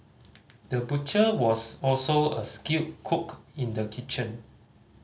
the butcher was also a skilled cook in the kitchen